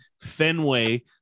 fenway